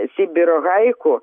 sibiro haiku